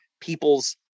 people's